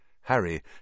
Harry